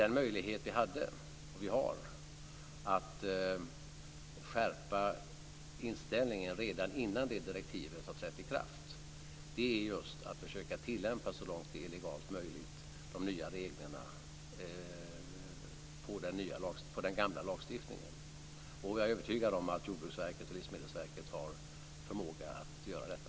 Den möjlighet som vi hade, och har, att skärpa inställningen innan detta direktiv träder i kraft är just att så långt det är legalt möjligt försöka tillämpa de nya reglerna i den gamla lagstiftningen. Jag är övertygad om att Jordbruksverket och Livsmedelsverket har förmåga att göra detta.